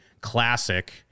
classic